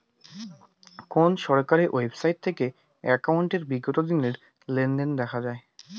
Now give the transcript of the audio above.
কোন সরকারি ওয়েবসাইট থেকে একাউন্টের বিগত দিনের লেনদেন দেখা যায়?